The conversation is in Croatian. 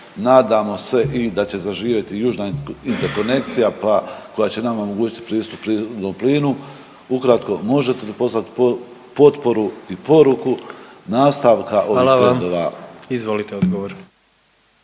Nadamo se i da će zaživjeti južna interkonekcija pa koja će nama omogućiti pristup prirodnom plinu. Ukratko možete li poslati potporu i poruku nastavka …/Upadica: Hvala vam./… ovih trendova.